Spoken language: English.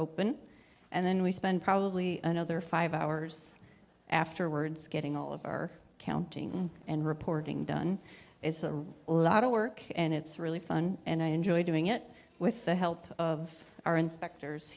open and then we spend probably another five hours afterwards getting all of our counting and reporting done it's a lot of work and it's really fun and i enjoy doing it with the help of our inspectors